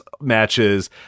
matches